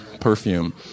perfume